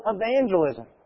evangelism